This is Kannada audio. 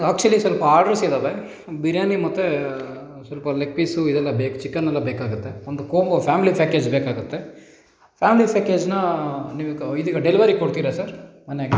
ಆ್ಯಕ್ಚುಲಿ ಸ್ವಲ್ಪ ಆರ್ಡ್ರಸ್ ಇದವೆ ಬಿರಿಯಾನಿ ಮತ್ತು ಸ್ವಲ್ಪ ಲೆಗ್ ಪೀಸು ಇದೆಲ್ಲ ಬೇಕು ಚಿಕನ್ ಎಲ್ಲ ಬೇಕಾಗುತ್ತೆ ಒಂದು ಕೊಂಬೊ ಫ್ಯಾಮಿಲಿ ಫ್ಯಾಕೇಜ್ ಬೇಕಾಗುತ್ತೆ ಫ್ಯಾಮ್ಲಿ ಫ್ಯಾಕೇಜ್ನ ನೀವು ಕ ಇದು ಈಗ ಡೆಲಿವರಿ ಕೊಡ್ತೀರಾ ಸರ್ ಮನೆಗೆ